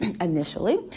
initially